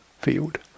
field